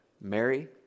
Mary